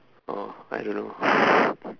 oh I don't know